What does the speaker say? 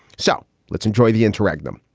so let's enjoy the interregnum.